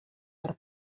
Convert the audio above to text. per